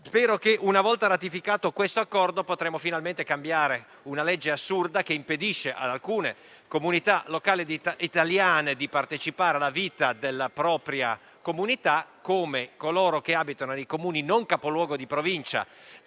Spero che, una volta ratificato questo Accordo, potremo finalmente cambiare una legge assurda, che impedisce ad alcune comunità locali italiane di partecipare alla vita delle proprie amministrazioni locali, come nel caso di coloro che abitano nei Comuni non capoluogo di Provincia